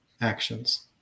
actions